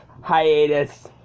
hiatus